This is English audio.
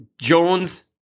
Jones